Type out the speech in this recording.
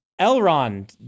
Elrond